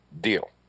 deal